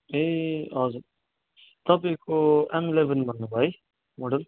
ए हजुर तपाईँको M eleven भन्नु भयो है मोडल